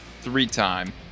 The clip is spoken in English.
three-time